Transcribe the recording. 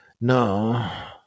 no